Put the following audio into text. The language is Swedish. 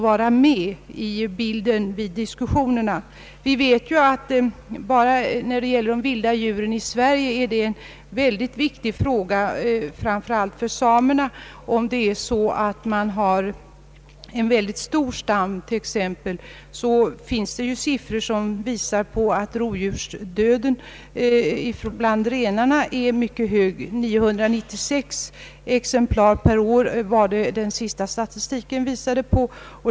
Frågan om de vilda djuren och deras framtid i Sverige är viktig, framför allt för samerna. Med en stor rovdjursstam blir antalet rivna renar högt — den senaste statistiken visade 996 rivna renar under ett år.